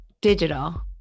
Digital